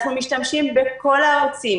אנחנו משתמשים בכל הערוצים,